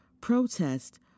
protest